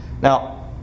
Now